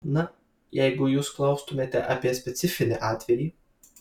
na jeigu jūs klaustumėte apie specifinį atvejį